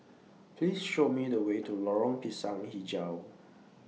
Please Show Me The Way to Lorong Pisang Hijau